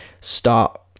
start